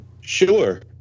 Sure